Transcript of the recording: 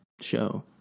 show